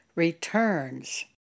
returns